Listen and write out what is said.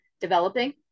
developing